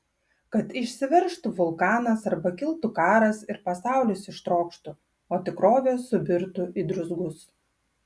kad išsiveržtų vulkanas arba kiltų karas ir pasaulis ištrokštų o tikrovė subirtų į druzgus